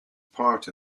part